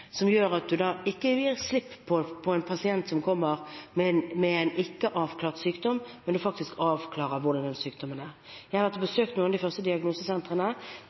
som gjør at man ikke gir slipp på en pasient som kommer med en ikke avklart sykdom, men at man faktisk avklarer hvordan den sykdommen er. Jeg har vært og besøkt noen av de første diagnosesentrene.